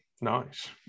Nice